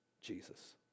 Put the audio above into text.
Jesus